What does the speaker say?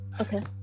Okay